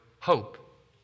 Hope